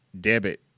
debit